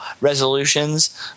resolutions